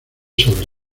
sobre